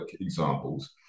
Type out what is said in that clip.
examples